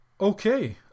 Okay